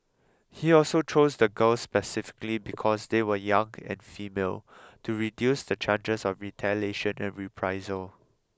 he also chose the girls specifically because they were young and female to reduce the chances of retaliation and reprisal